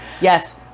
Yes